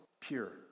pure